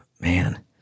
man